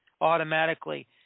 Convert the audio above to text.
automatically